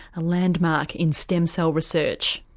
a landmark in stem cell research.